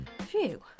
Phew